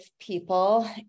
people